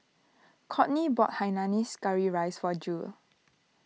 Kourtney bought Hainanese Curry Rice for Jule